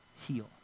heal